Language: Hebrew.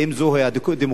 האם זו דמוקרטיה?